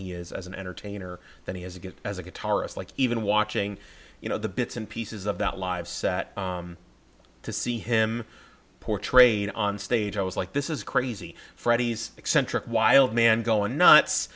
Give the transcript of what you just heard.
he is as an entertainer that he has to get as a guitarist like even watching you know the bits and pieces of that live set to see him portrayed on stage i was like this is crazy freddie's eccentric wild man going nuts